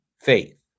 faith